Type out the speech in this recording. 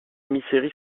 misery